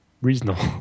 reasonable